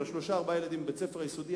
של שלושת-ארבעת הילדים בבית-ספר היסודי,